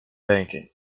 banking